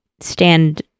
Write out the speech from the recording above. stand